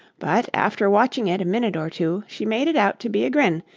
but, after watching it a minute or two, she made it out to be a grin,